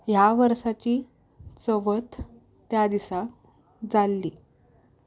ह्या वर्साची चवथ त्या दिसा जाल्ली